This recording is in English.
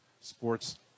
sports